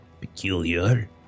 peculiar